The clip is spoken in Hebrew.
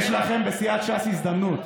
יש לכם בסיעת ש"ס הזדמנות.